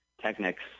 Technics